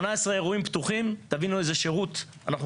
18 אירועים פתוחים תבינו איזה שירות אנחנו